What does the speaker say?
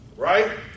Right